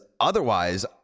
otherwise